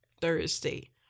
Thursday